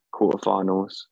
quarterfinals